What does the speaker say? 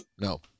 no